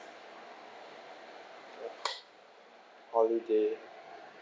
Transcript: holiday